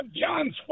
John's